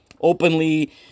openly